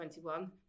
21